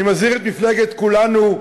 אני מזהיר את מפלגת כולנו,